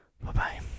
Bye-bye